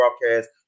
broadcast